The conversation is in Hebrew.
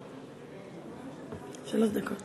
אלי מן האדמה".